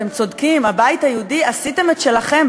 אתם צודקים, הבית היהודי, עשיתם את שלכם.